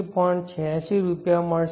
86 રૂપિયા મળશે